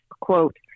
quote